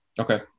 Okay